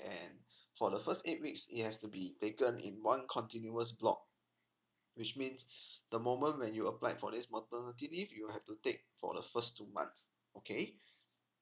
and for the first eight weeks it has to be taken in one continuous block which means the moment when you apply for this maternity leave you have to take for the first two months okay